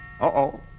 Uh-oh